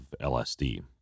lsd